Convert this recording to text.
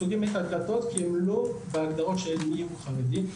הם לא עונים להגדרת מיהו חרדי.